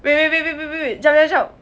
wait wait wait wait wait wait jap jap jap